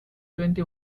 twenty